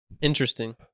Interesting